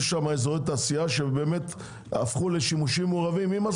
יש שם אזורי תעשייה שהפכו לשימושים מעורבים עם הזמן.